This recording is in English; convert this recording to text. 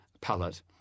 palette